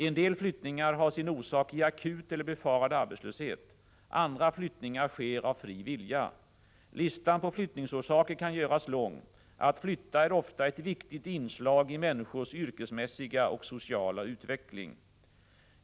En del flyttningar har sin orsak i akut eller befarad arbetslöshet. Andra flyttningar sker av fri vilja. Listan på flyttningsorsaker kan göras lång. Att flytta är ofta ett viktigt inslag i människors yrkesmässiga och sociala utveckling.